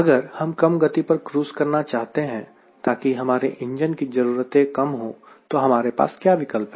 अगर हम कम गति पर क्रूज़ करना चाहते हैं ताकि हमारे इंजन की ज़रूरतों कम हो तो हमारे पास क्या विकल्प है